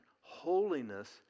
Holiness